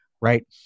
right